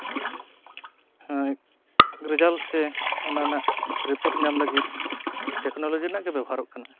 ᱦᱚᱸ ᱨᱮᱡᱟᱞ ᱥᱮ ᱚᱱᱟ ᱨᱮᱱᱟᱜ ᱨᱤᱯᱳᱨᱴ ᱧᱟᱢ ᱞᱟᱹᱜᱤᱫ ᱴᱮᱠᱱᱳᱞᱚᱡᱤ ᱨᱮᱱᱟᱜ ᱜᱮ ᱵᱮᱵᱚᱦᱟᱨᱚᱜ ᱠᱟᱱᱟ